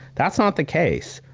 that's not the case,